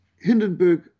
Hindenburg